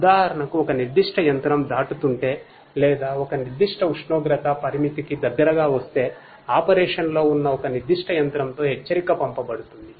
ఉదాహరణకు ఒక నిర్దిష్ట యంత్రం దాటుతుంటే లేదా ఒక నిర్దిష్ట ఉష్ణోగ్రత పరిమితికి దగ్గరగా వస్తే ఆపరేషన్లో ఉన్న ఒక నిర్దిష్ట యంత్రంతో హెచ్చరిక పంపబడుతుంది